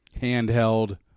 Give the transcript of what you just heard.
Handheld